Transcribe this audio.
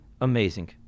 amazing